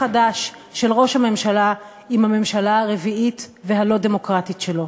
חדש של ראש הממשלה עם הממשלה הרביעית והלא-דמוקרטית שלו.